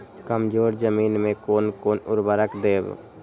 कमजोर जमीन में कोन कोन उर्वरक देब?